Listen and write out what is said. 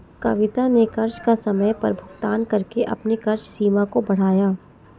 कविता ने कर्ज का समय पर भुगतान करके अपने कर्ज सीमा को बढ़ाया